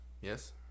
Yes